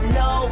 no